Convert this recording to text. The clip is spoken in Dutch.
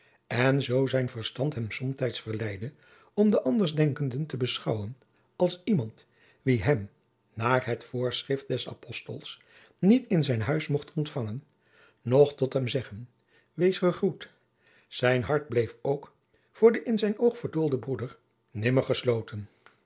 en zoo zijn verstand hem somtijds verleidde om den andersdenkenden te beschouwen als iemand wien men naar het voorschrift des apostels niet in zijn huis mocht ontfangen noch tot hem zeggen wees gegroet zijn hart bleef ook voor den in zijn oog verdoolden broeder nimmer gesloten